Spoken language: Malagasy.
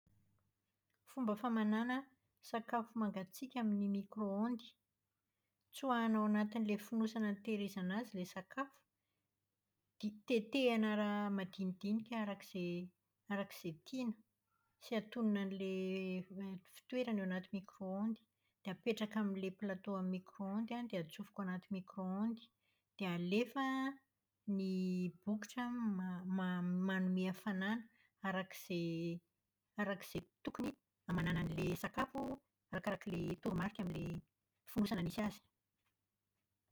Ny fomba famanàna sakafo mangatsiaka amin'ny miro-ondes. Tsoahana ao anatin'ilay fonosana nitahirizana azy ilay sakafo. Tetehana madinidinika araka izay araka izay tiana sy atonona an'ilay fitoerany ao anaty micro-ondes. Dia apetraka amin'ilay plateau an'ilay micro-ondes an dia atsofoka anaty micro-ondes. Dia alefa ny bokotra ma- manome hafanàna arak'izay arak'izay tokony hamanàna an'ilay sakafo arakarak'ilay toromarika amin'ilay fonosana misy azy.